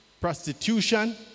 prostitution